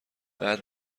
بعد